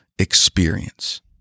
experience